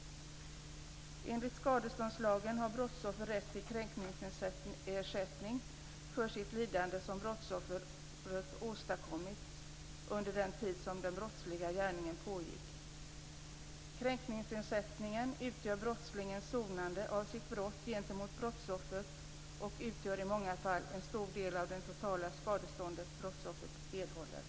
Enligt skadeståndslagen har brottsoffer rätt till kränkningsersättning för det lidande som brottsoffret åsamkats under den tid som den brottsliga gärningen pågått. Kränkningsersättningen utgör brottslingens sonande av sitt brott gentemot brottsoffret och utgör i många fall en stor del av det totala skadestånd som brottsoffret erhåller.